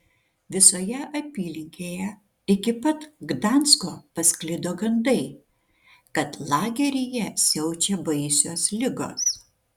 visoje apylinkėje iki pat gdansko pasklido gandai kad lageryje siaučia baisios ligos